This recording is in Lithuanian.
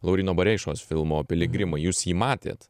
lauryno bareišos filmo piligrimai jūs jį matėt